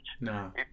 No